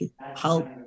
help